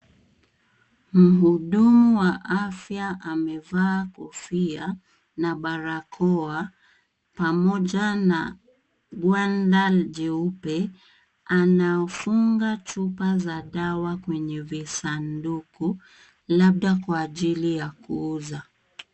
Mhudumu wa afya amevaa kofia na barakoa pamoja na gwanda jeupe. Anafunga chupa za dawa kwenye visanduku labda kwa ajili ya kuuza.